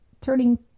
Turning